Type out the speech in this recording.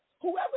Whoever